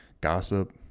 Gossip